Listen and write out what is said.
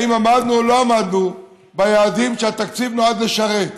האם עמדנו או לא עמדנו ביעדים שהתקציב נועד לשרת.